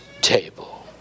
table